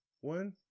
One